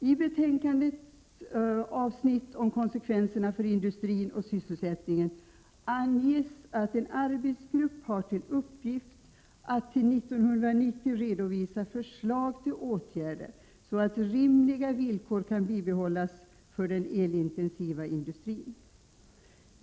I betänkandets avsnitt om konsekvenser för industrin och sysselsättningen anges att en arbetsgrupp har till uppgift att till 1990 redovisa förslag till åtgärder så att rimliga villkor kan bibehållas för den elintensiva industrin.